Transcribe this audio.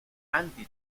anti